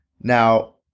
Now